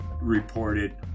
reported